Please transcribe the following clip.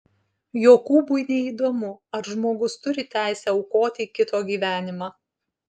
jokūbui neįdomu ar žmogus turi teisę aukoti kito gyvenimą